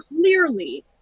clearly